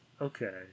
okay